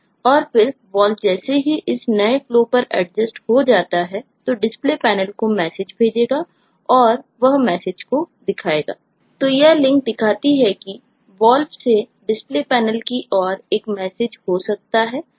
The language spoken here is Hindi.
और फिर Valve जैसे ही इस नए flow पर adjust हो जाता है तो DisplayPanel को मैसेज भेजेगा और वह मैसेज को दिखाएगा